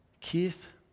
Keith